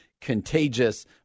contagious